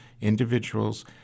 individuals